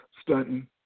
stunting